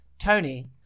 Tony